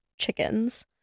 chickens